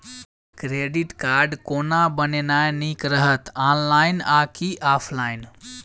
Credit card कोना बनेनाय नीक रहत? ऑनलाइन आ की ऑफलाइन?